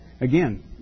again